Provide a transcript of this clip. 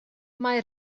mae